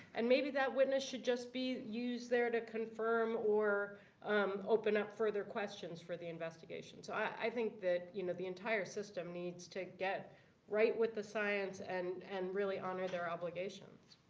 and maybe that witness should just be used there to confirm or open up further questions for the investigation. so i think that you know the entire system needs to get right with the science and and really honor their obligations.